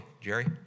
Jerry